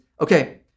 okay